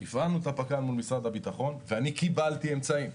הפעלנו את הפק"ל מול משרד הביטחון ואני קיבלתי אמצעים.